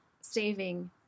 saving